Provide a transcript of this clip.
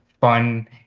fun